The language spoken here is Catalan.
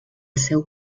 seu